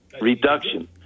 reduction